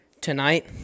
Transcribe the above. tonight